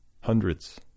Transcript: hundreds